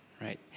right